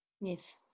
Yes